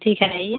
ठीक है आइए